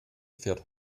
fährt